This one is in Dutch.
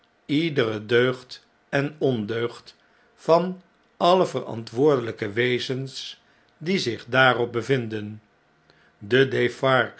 iedere deugd en ondeugd van alle verantwoordelpe wezens die zich daarop bevinden de